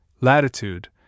latitude